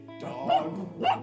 dog